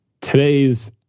today's